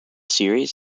series